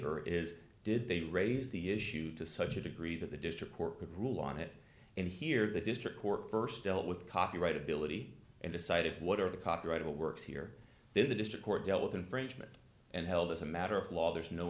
waiver is did they raise the issue to such a degree that the district court could rule on it and hear the district court st dealt with copyright ability and decided what are the copyrightable works here in the district court dealt with infringement and held as a matter of law there's no